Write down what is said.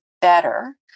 better